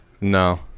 No